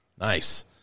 Nice